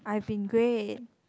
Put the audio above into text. I've been great